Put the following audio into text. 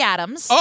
Adams